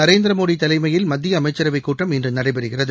நரேந்திர மோடி தலைமையில் மத்திய அமைச்சரவைக் கூட்டம் இன்று நடைபெறுகிறது